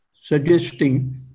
suggesting